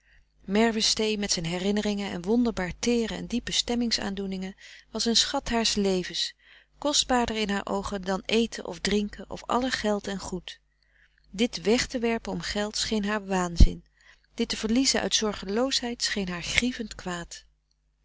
merwestee met zijn herinneringen en wonderbaar teere en diepe stemmings aandoeningen was een schat haars levens kostbaarder in haar oogen dan eten of drinken of alle geld en goed dit weg te werpen om geld scheen haar waanzin dit te verliezen uit zorgeloosheid scheen haar grievend kwaad